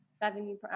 revenue